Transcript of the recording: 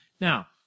Now